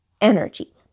energy